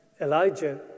Elijah